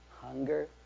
hunger